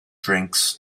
drinks